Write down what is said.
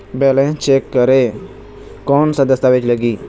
Balance check करें कोन सा दस्तावेज लगी?